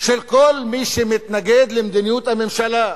של כל מי שמתנגד למדיניות הממשלה,